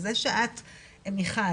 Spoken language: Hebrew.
אז זה שאת מיכל,